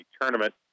tournament